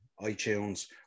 iTunes